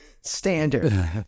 Standard